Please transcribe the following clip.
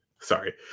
Sorry